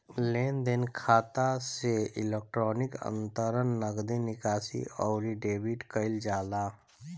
लेनदेन खाता से इलेक्ट्रोनिक अंतरण, नगदी निकासी, अउरी डेबिट कईल जाला